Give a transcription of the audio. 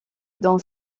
dans